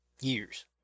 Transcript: years